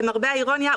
למרבה האירוניה,